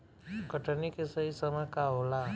कटनी के सही समय का होला?